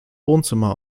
wohnzimmer